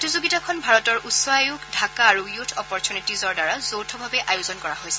প্ৰতিযোগিতাখন ভাৰতৰ উচ্চ আয়োগ ঢাকা আৰু য়ুথ অপৰচুনিটীজৰ দ্বাৰা যৌথভাৱে আয়োজন কৰা হৈছিল